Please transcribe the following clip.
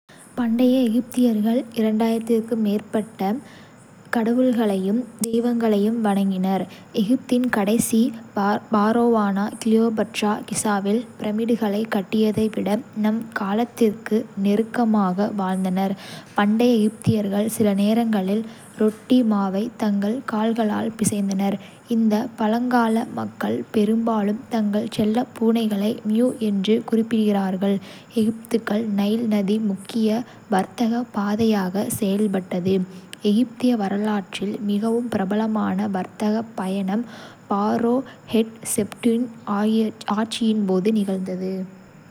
பண்டைய எகிப்தியர்கள் க்கும் மேற்பட்ட கடவுள்களையும் தெய்வங்களையும் வணங்கினர். எகிப்தின் கடைசி பாரோவான கிளியோபாட்ரா, கிசாவில் பிரமிடுகளைக் கட்டியதை விட நம் காலத்திற்கு நெருக்கமாக வாழ்ந்தார். பண்டைய எகிப்தியர்கள் சில நேரங்களில் ரொட்டி மாவை தங்கள் கால்களால் பிசைந்தனர். இந்த பழங்கால மக்கள் பெரும்பாலும் தங்கள் செல்லப் பூனைகளை மியு என்று குறிப்பிடுகிறார்கள்.எகிப்துக்குள், நைல் நதி முக்கிய வர்த்தகப் பாதையாகச் செயல்பட்டது. எகிப்திய வரலாற்றில் மிகவும் பிரபலமான வர்த்தக பயணம் ஃபாரோ ஹட்செப்சூட்டின் ஆட்சியின் போது நிகழ்ந்தது.